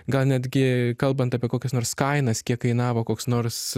gal netgi kalbant apie kokias nors kainas kiek kainavo koks nors